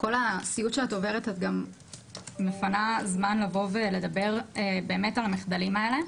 כל הסיוט שאת עוברת את גם מפנה זמן לבוא ולדבר באמת על המחדלים האלה.